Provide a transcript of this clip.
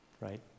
right